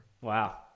Wow